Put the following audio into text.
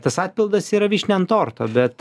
tas atpildas yra vyšnia ant torto bet